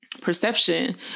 perception